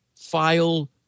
file